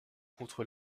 contre